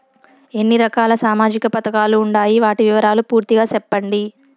ఎన్ని రకాల సామాజిక పథకాలు ఉండాయి? వాటి వివరాలు పూర్తిగా సెప్పండి?